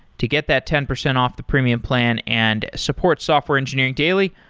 to get that ten percent off the premium plan and support software engineering daily,